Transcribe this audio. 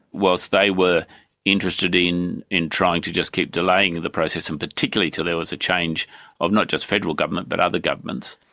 whilst they were interested in in trying to just keep delaying the process and particularly until there was a change of not just federal government but other governments,